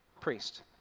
priest